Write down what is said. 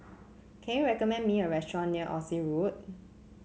can you recommend me a restaurant near Oxley Road